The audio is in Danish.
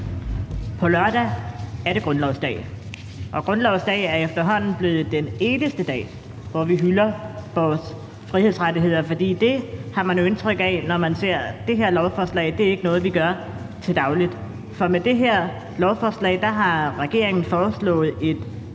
På lørdag er det grundlovsdag, og grundlovsdag er efterhånden blevet den eneste dag, hvor vi hylder vores frihedsrettigheder. For når man ser det her lovforslag, har man indtryk af, at det ikke er noget, vi gør til daglig. For med det her lovforslag har regeringen foreslået et